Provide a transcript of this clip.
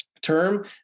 term